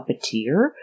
puppeteer